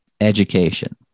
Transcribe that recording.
education